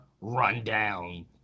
Rundown